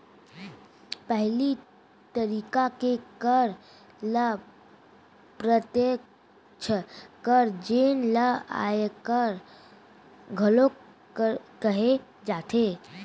पहिली तरिका के कर ल प्रत्यक्छ कर जेन ल आयकर घलोक कहे जाथे